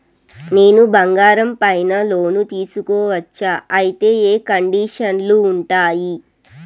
నేను బంగారం పైన లోను తీసుకోవచ్చా? అయితే ఏ కండిషన్లు ఉంటాయి?